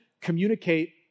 communicate